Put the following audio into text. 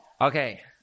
okay